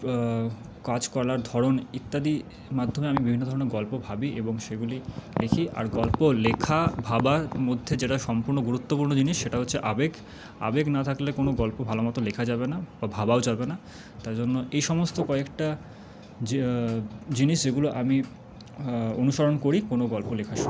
কাজ করার ধরণ ইত্যাদির মাধ্যমে আমি বিভিন্ন ধরনের গল্প ভাবি এবং সেগুলি লিখি আর গল্প লেখা ভাবার মধ্যে যেটা সম্পূর্ণ গুরুত্বপূর্ণ জিনিস সেটা হচ্ছে আবেগ আবেগ না থাকলে কোনো গল্প ভালো মতো লেখা যাবে না বা ভাবাও যাবে না তাই জন্য এই সমস্ত কয়েকটা যে জিনিস যেগুলো আমি অনুসরণ করি কোনো গল্প লেখার সময়